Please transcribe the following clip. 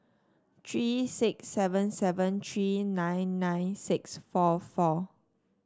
three six seven seven three nine nine six four four